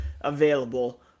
available